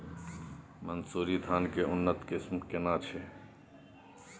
मानसुरी धान के उन्नत किस्म केना छै?